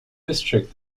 district